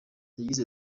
yagize